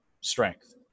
strength